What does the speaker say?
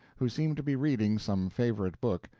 who seemed to be reading some favorite book,